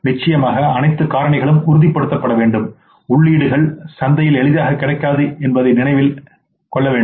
நிச்சயமாக அனைத்து காரணிகளும் உறுதிப்படுத்தப்பட வேண்டும் உள்ளீடுகள் சந்தையில் எளிதாக கிடைக்காது என்பதை நினைவில் வேண்டும்